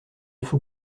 faut